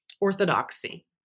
orthodoxy